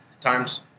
times